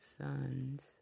sons